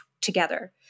together